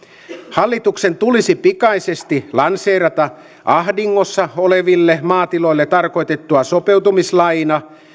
hallituksen tulisi pikaisesti lanseerata ahdingossa oleville maatiloille tarkoitettu sopeutumislaina